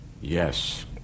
Yes